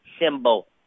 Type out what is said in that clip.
symbol